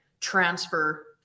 transfer